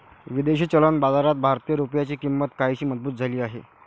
विदेशी चलन बाजारात भारतीय रुपयाची किंमत काहीशी मजबूत झाली आहे